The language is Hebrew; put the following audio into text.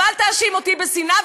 ואל תאשים אותי בשנאה,